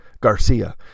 Garcia